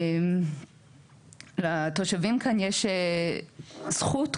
לתושבים כאן יש זכות,